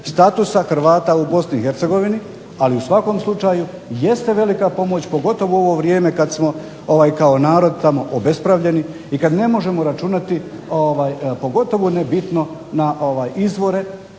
statusa Hrvata u BiH ali u svakom slučaju jeste velika pomoć pogotovo u ovo vrijeme kada smo kao narod obespravljeni i kada ne možemo računati pogotovo ne bitno na izvore